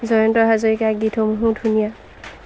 জয়ন্ত হাজৰিকা গীতসমূহো ধুনীয়া